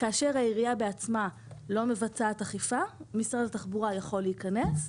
כאשר העירייה בעצמה לא מבצעת אכיפה משרד התחבורה יכול להיכנס,